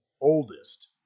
oldest